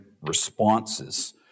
responses